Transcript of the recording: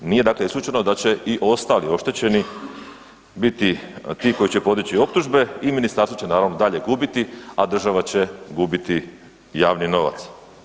Nije dakle slučajno da će i ostali oštećeni biti ti koji će podići optužbe i ministarstvo će naravno dalje gubiti, a država će gubiti javni novac.